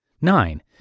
Nine